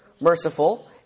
merciful